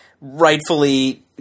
rightfully